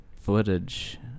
footage